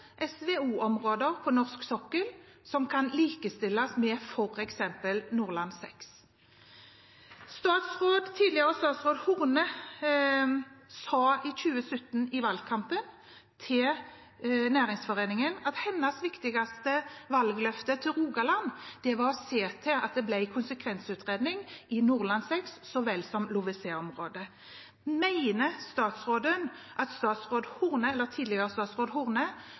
på norsk sokkel som kan likestilles med f.eks. Nordland VI. Tidligere statsråd Solveig Horne sa i 2017 i valgkampen til Næringsforeningen at hennes viktigste valgløfte til Rogaland var å se til at det ble konsekvensutredning i Nordland VI så vel som LoVeSe-området. Mener statsråden at tidligere statsråd Horne